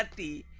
the